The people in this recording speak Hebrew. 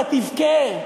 אתה תבכה.